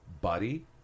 Buddy